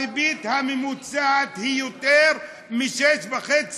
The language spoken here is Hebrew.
הריבית הממוצעת היא יותר מ-6.5%.